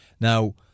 Now